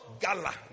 Gala